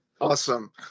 Awesome